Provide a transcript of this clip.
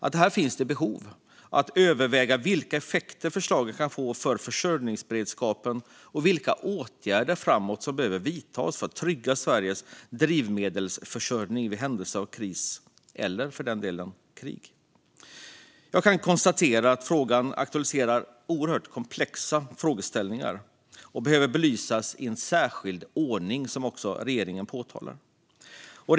Det finns behov av att överväga vilka effekter förslaget kan få för försörjningsberedskapen och vilka åtgärder som framöver behöver vidtas för att trygga Sveriges drivmedelsförsörjning i händelse av kris eller, för den delen, krig. Jag konstaterar att frågan aktualiserar oerhört komplexa frågeställningar och behöver belysas i särskild ordning, vilket också regeringen har påpekat.